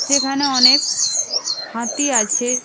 যেখানে অনেক হাতি আছে